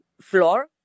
floor